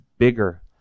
bigger